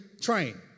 train